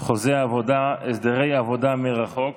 חוזה העבודה (הסדרי עבודה מרחוק)